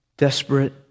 Desperate